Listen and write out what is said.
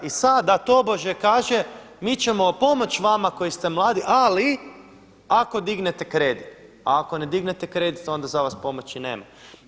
I sada tobože kaže mi ćemo pomoći vama koji ste mladi, ali ako dignete kredit, a ako ne dignete kredit onda za vas pomoći nema.